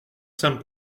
saint